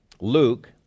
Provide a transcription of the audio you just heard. Luke